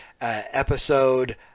episode